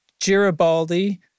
Giribaldi